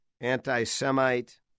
anti-Semite